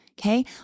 Okay